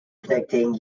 connecting